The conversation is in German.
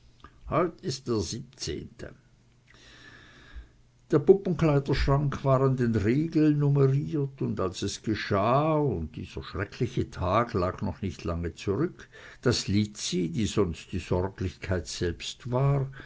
heut ist der siebzehnte der puppenkleiderschrank war an den riegeln numeriert und als es geschah und dieser schreckliche tag lag noch nicht lange zurück daß lizzi die sonst die sorglichkeit selbst war